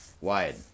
wide